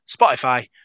Spotify